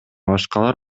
башкалар